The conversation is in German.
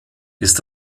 ist